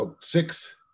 six